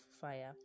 fire